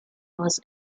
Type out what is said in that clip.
was